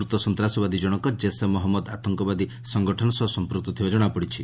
ମୃତ ସନ୍ତାସବାଦୀ ଜଣକ ଜୈସେ ମହନ୍ନଦ ଆତଙ୍କବାଦୀ ସଙ୍କଠନ ସହ ସମ୍ପୃକ୍ତ ଥିବା ଜଣାପଡ଼ିଛି